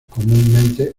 comúnmente